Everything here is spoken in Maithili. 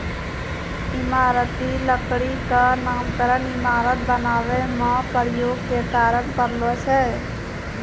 इमारती लकड़ी क नामकरन इमारत बनावै म प्रयोग के कारन परलो छै